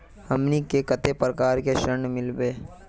हमनी के कते प्रकार के ऋण मीलोब?